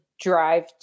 drive